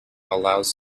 allows